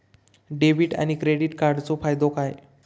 Debit आणि credit कार्डचो फायदो काय?